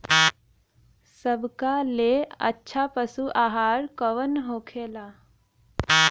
सबका ले अच्छा पशु आहार कवन होखेला?